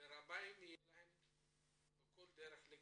שלרמאים תהיה כל דרך להכנס.